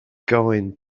going